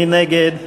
מי נגד?